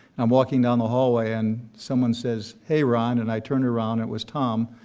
i'm walking down the hallway and someone says, hey ron, and i turned around, it was tom.